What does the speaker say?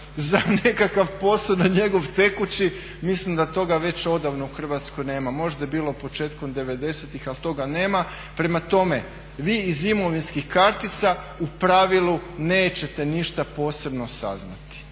za nekakav posao na njegov tekući mislim da toga već odavno u Hrvatskoj nema. Možda je bilo početkom 90.tih ali toga nema. Prema tome, vi iz imovinskih kartica u pravilu nećete ništa posebno saznati.